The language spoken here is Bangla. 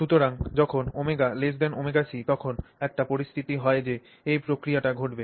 সুতরাং যখন ω ωc তখন একটি পরিস্থিতি হয় যে এই প্রক্রিয়াটি ঘটবে